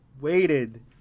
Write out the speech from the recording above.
waited